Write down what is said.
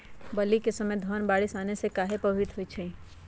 बली क समय धन बारिस आने से कहे पभवित होई छई?